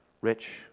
rich